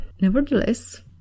Nevertheless